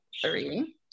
three